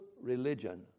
religion